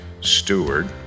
steward